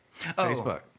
Facebook